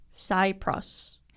Cyprus